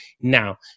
Now